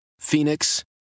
Phoenix